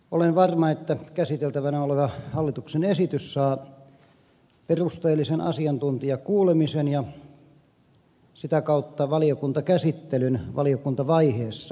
olen varma että käsiteltävänä oleva hallituksen esitys saa perusteellisen asiantuntijakuulemisen ja sitä kautta valiokuntakäsittelyn valiokuntavaiheessa